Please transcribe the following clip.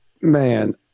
Man